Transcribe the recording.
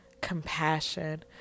compassion